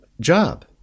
job